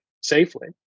safely